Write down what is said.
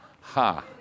ha